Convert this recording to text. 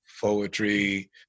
poetry